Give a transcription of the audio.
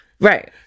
Right